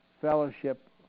fellowship